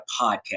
podcast